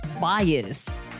bias